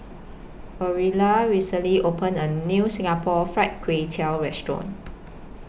Orilla recently opened A New Singapore Fried Kway Tiao Restaurant